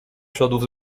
śladów